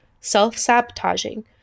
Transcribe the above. Self-sabotaging